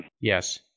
Yes